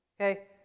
okay